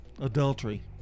Adultery